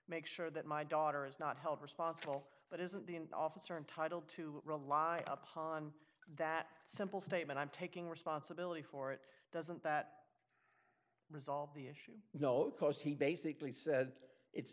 make sure that my daughter is not held responsible but isn't the officer entitled to rely upon that simple statement i'm taking responsibility for it doesn't that resolve the issue no because he basically said it's